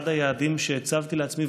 אחד היעדים שהצבתי לעצמי,